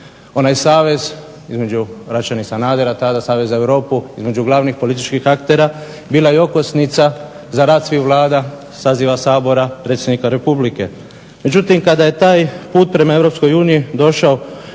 Onaj savez između Račana i Sanadera tada Savez za Europu između glavnih političkih aktera bila je okosnica za rad svih vlada, saziva Sabora, predsjednika Republike. Međutim kada je taj put prema EU došao